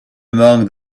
among